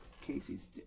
Casey's